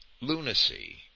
lunacy